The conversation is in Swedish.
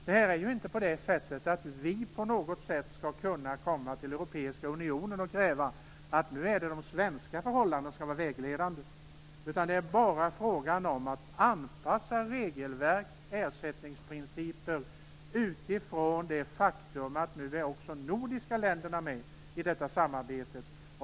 Vi skall inte på något sätt komma till Europeiska unionen och kräva att det är de svenska förhållandena som skall vara vägledande. Det är bara fråga om att anpassa regelverk och ersättningsprinciper utifrån det faktum att också de nordiska länderna nu är med i detta samarbete.